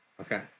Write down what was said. Okay